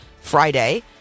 Friday